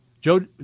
Joe